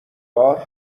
بار